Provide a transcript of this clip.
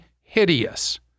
hideous